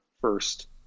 first